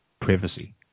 privacy